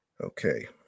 okay